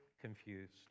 confused